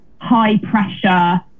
high-pressure